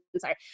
sorry